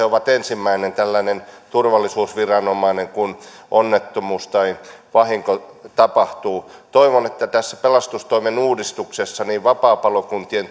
ovat ensimmäinen turvallisuusviranomainen kun onnettomuus tai vahinko tapahtuu toivon että tässä pelastustoimen uudistuksessa vapaapalokuntien